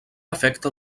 efecte